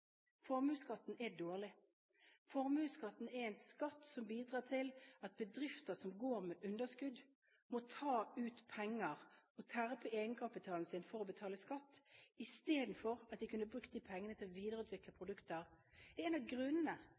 Formuesskatten er dårlig. Formuesskatten er en skatt som bidrar til at bedrifter som går med underskudd, må ta ut penger og tære på egenkapitalen sin for å betale skatt, i stedet for å bruke de pengene til å videreutvikle produkter. Det er en av grunnene